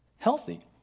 Healthy